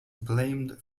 blamed